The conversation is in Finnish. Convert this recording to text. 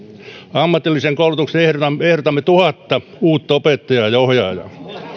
ammatilliseen koulutukseen ehdotamme ehdotamme tuhatta uutta opettajaa ja ohjaajaa